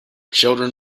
children